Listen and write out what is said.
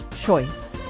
choice